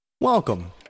Welcome